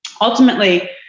Ultimately